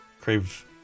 crave